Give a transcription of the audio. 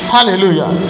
Hallelujah